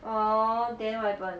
orh then what happened